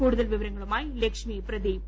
കൂടുതൽ വിവരങ്ങളുമായി ലക്ഷ്മി പ്രദീപ്